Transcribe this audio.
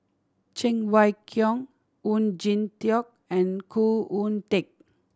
Cheng Wai Keung Oon Jin Teik and Khoo Oon Teik